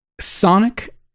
sonic